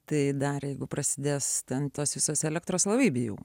tai dar jeigu prasidės ten tas visos elektros labai bijau